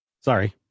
Sorry